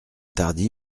tardy